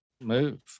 move